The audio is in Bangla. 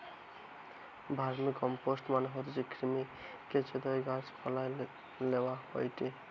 ভার্মিকম্পোস্ট মানে হতিছে কৃমি, কেঁচোদিয়ে গাছ পালায় লেওয়া হয়টে